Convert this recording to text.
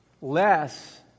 less